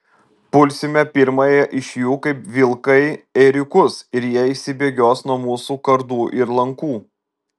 pulsime pirmąją iš jų kaip vilkai ėriukus ir jie išsibėgios nuo mūsų kardų ir lankų